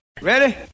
Ready